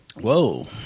Whoa